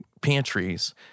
pantries